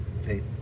faith